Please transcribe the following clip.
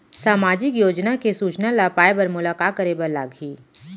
सामाजिक योजना के सूचना ल पाए बर मोला का करे बर लागही?